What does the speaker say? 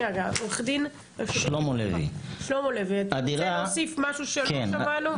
עו"ד שלמה לוי, אתה רוצה להוסיף משהו שלא שמענו?